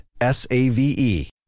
s-a-v-e